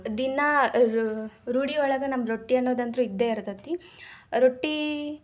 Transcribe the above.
ದಿನಾ ರೂಢಿ ಒಳಗೆ ನಮ್ಮ ರೊಟ್ಟಿ ಅನ್ನುದಂತೂ ಇದ್ದೇ ಇರ್ತೈತಿ ರೊಟ್ಟಿ